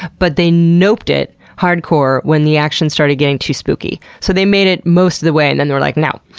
but they noped it hardcore when the action started getting too spooky. so they made it most of the way and then they were like, no.